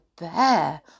bear